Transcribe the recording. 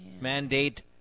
Mandate